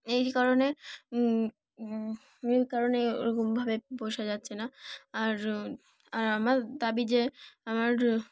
এই কারণে এই কারণে ওরকমভাবে পোষা যাচ্ছে না আর আর আমার দাবি যে আমার